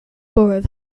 borough